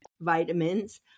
vitamins